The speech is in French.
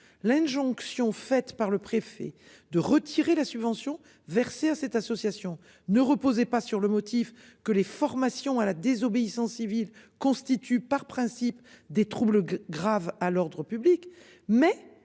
l'injonction faite par le préfet de retirer la subvention versée à cette association ne reposait pas sur le motif que les formations à la désobéissance civile constitue par principe des troubles graves à l'ordre public. Mais